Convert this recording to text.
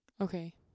Okay